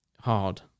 Hard